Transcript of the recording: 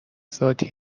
ذاتی